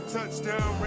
Touchdown